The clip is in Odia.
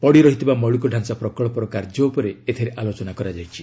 ପଡ଼ିରହିଥିବା ମୌଳିକ ଢାଞ୍ଚା ପ୍ରକଚ୍ଚର କାର୍ଯ୍ୟ ଉପରେ ଏଥିରେ ଆଲୋଚନା କରାଯାଇଛି